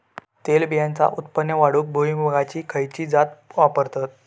तेलबियांचा उत्पन्न वाढवूक भुईमूगाची खयची जात वापरतत?